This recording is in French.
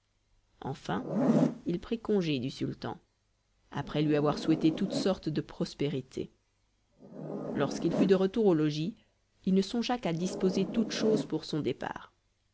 enfin il prit congé du sultan après lui avoir souhaité toutes sortes de prospérités lorsqu'il fut de retour au logis il ne songea qu'à disposer toutes choses pour son départ